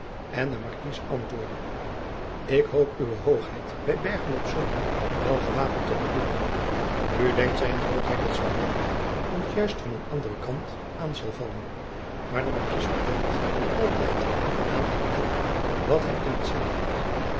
en de marquis antwoordde ik hoop uwe h bij bergen op zoom wel gewapend te ontmoeten nu denkt z h dat spinola ons juist van een anderen kant aan zal vallen maar de marquis verteld altijd aan een elk wat hij in t zin heeft